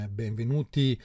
benvenuti